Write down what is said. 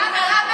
למה?